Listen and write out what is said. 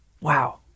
Wow